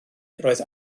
roedd